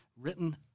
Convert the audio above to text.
written